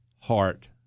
heart